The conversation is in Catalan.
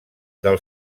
del